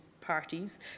parties